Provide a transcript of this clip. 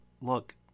look